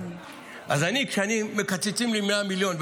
אז כשמקצצים לי 100 מיליון,